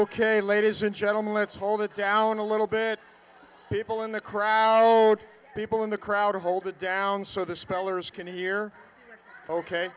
ok ladies and gentlemen let's hold it down a little bit people in the crowd people in the crowd hold it down so the scholars can hear ok